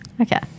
Okay